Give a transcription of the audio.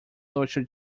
social